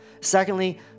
Secondly